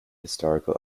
historical